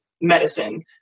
medicine